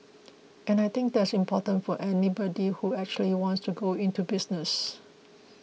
and I think that is very important for anybody who actually wants to go into business